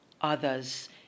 others